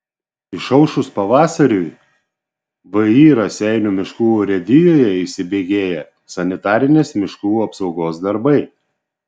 išaušus pavasariui vį raseinių miškų urėdijoje įsibėgėja sanitarinės miškų apsaugos darbai